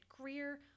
Greer